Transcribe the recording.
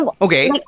Okay